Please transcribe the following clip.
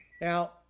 Now